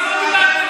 על זה.